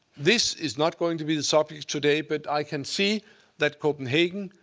this is not going to be the subject today, but i can see that copenhagen,